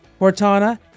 Cortana